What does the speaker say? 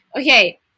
Okay